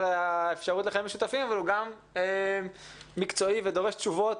על האפשרות לחיים משותפים אבל הוא גם מקצועי ודורש תשובות